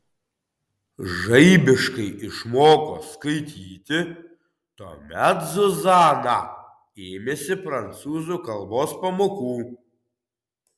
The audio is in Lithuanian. žaibiškai išmoko skaityti tuomet zuzana ėmėsi prancūzų kalbos pamokų